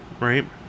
right